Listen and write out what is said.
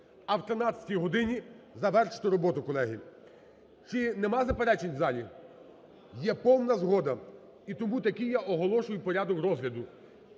а о 13-й годині завершити роботу, колеги. Чи немає заперечень в залі? Є повна згода. І тому таки я оголошую порядок розгляду: